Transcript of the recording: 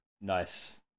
Nice